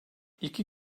i̇ki